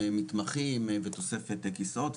מתמחים ותוספת כסאות,